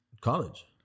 College